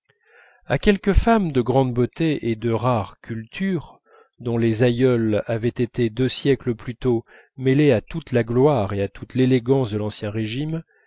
à quelques femmes de grande beauté et de rare culture dont les aïeules avaient été deux siècles plus tôt mêlées à toute la gloire et à toute l'élégance de l'ancien régime